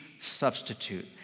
substitute